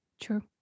True